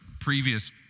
previous